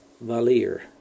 Valier